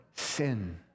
sin